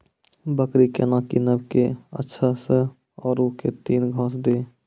बकरी केना कीनब केअचछ छ औरू के न घास दी?